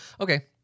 Okay